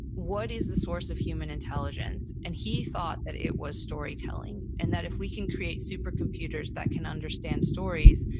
what is the source of human intelligence? and he thought that it was storytelling. and that if we can create supercomputers that can understand stories,